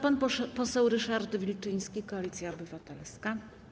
Pan poseł Ryszard Wilczyński, Koalicja Obywatelska.